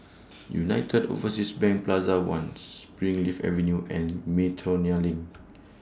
United Overseas Bank Plaza one Springleaf Avenue and Miltonia LINK